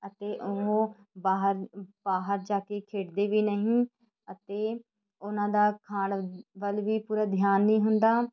ਅਤੇ ਉਹ ਬਾਹਰ ਬਾਹਰ ਜਾ ਕੇ ਖੇਡਦੇ ਵੀ ਨਹੀਂ ਅਤੇ ਉਨ੍ਹਾਂ ਦਾ ਖਾਣ ਵੱਲ ਵੀ ਪੂਰਾ ਧਿਆਨ ਨਹੀਂ ਹੁੰਦਾ